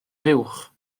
fuwch